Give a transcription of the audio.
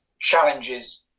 challenges